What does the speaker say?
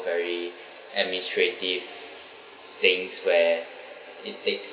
very administrative things where it takes